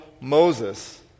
Moses